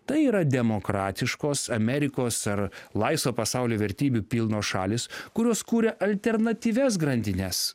tai yra demokratiškos amerikos ar laisvo pasaulio vertybių pilnos šalys kurios kuria alternatyvias grandines